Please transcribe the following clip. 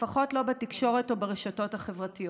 לפחות לא בתקשורת או ברשתות החברתיות.